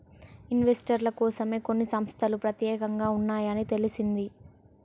ఇన్వెస్టర్ల కోసమే కొన్ని సంస్తలు పెత్యేకంగా ఉన్నాయని తెలిసింది